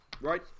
right